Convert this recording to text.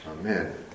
Amen